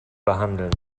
behandeln